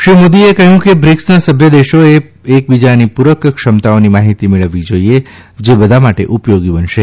શ્રી મોદીએ કહ્યું કે બ્રિક્સના સભ્ય દેશોએ એકબીજાની પ્રરક ક્ષમતાઓની માહિતી મેળવવી જોઇએ જે બધા માટે ઉપયોગ બનશે